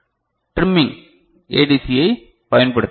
trimming ADC ஐ பயன்படுத்தலாம்